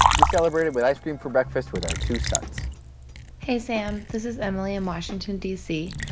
we celebrated with ice cream for breakfast with our two sons hey, sam. this is emily in washington, d c.